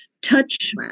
touch